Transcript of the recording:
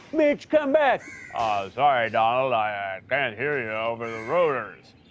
mitch, come back. ah, sorry, donald. i ah can't hear you over the rotors.